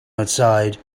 outside